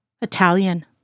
Italian